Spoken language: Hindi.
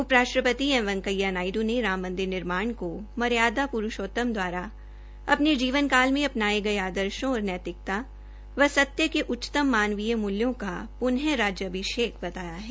उप राष्ट्रपति एम वैकेंया नायडू ने राम मंदिर निर्माण को मर्यादा पुरूषोतम द्वारा अपने जीवन काल में अपनाये गये आर्दशों और नैतिकता व सत्य के उच्चतम मानवीय मूल्यों का पुनः राज्य भिषेक बताया है